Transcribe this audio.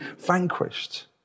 vanquished